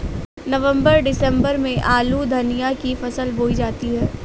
नवम्बर दिसम्बर में आलू धनिया की फसल बोई जाती है?